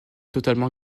totalement